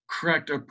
correct